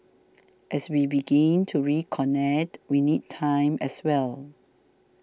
as we begin to reconnect we need time as well